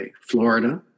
Florida